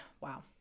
Wow